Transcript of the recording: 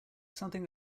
something